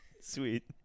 Sweet